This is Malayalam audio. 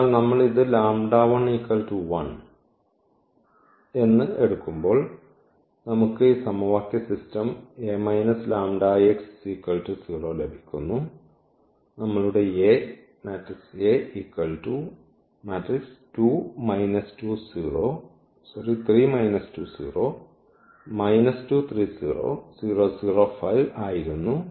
അതിനാൽ നമ്മൾ ഇത് എടുക്കുമ്പോൾ നമുക്ക് ഈ സമവാക്യ സിസ്റ്റം ലഭിക്കുന്നു നമ്മളുടെ A ആയിരുന്നു